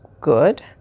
good